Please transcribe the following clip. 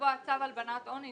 לקבוע צו הלבנת הון,